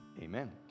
amen